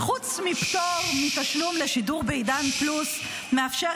חוץ מפטור מתשלום לשידור בעידן פלוס מאפשר